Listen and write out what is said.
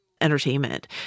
entertainment